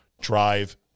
drive